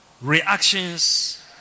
reactions